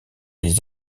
les